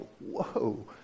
whoa